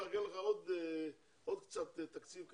נארגן לך עוד קצת תקציב,